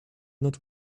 not